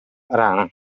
rana